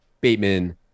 Bateman